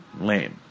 lame